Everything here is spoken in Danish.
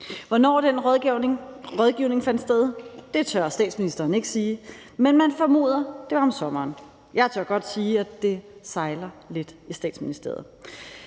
Hvornår den rådgivning fandt sted, tør statsministeren ikke sige, men man formoder, at det var om sommeren. Jeg tør godt sige, at det sejler lidt i Statsministeriet.